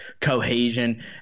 cohesion